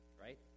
right